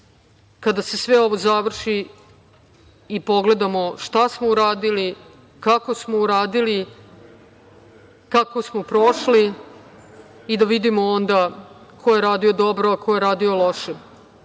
kada se sve ovo završi i pogledamo šta smo uradili, kako smo uradili, kako smo prošli i da vidimo onda ko je radio dobro, a ko je radio loše